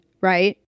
right